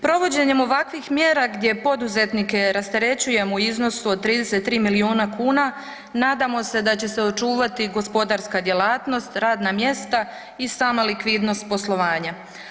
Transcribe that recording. Provođenjem ovakvih mjera gdje poduzetnike rasterećujemo u iznosu od 33 miliona kuna nadamo se da će se očuvati gospodarska djelatnost, radna mjesta i sama likvidnost poslovanja.